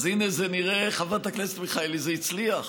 אז הינה, זה נראה, חברת הכנסת מיכאלי, זה הצליח.